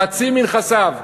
חצי מנכסיו.